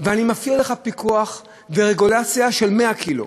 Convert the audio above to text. ואני מפעיל עליך פיקוח ורגולציה של 100 קילו.